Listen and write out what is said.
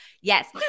Yes